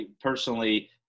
personally